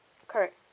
correct